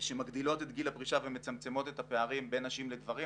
שמגדילות את גיל הפרישה ומצמצמות את הפערים בין נשים לגברים,